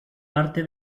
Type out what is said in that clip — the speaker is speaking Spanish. parte